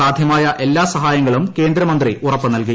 സാധ്യമായ എല്ലാ സഹായങ്ങളും കേന്ദ്രമന്ത്രി ഉറപ്പു നൽകി